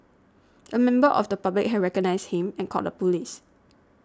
a member of the public had recognised him and called the police